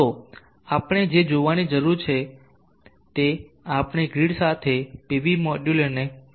તો આપણે જે જોવાની જરૂર છે તે છે આપણે ગ્રીડ સાથે પીવી મોડ્યુલોને કેવી રીતે જોડવું